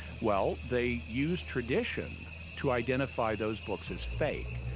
well, they used tradition to identify those books as fake.